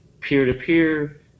peer-to-peer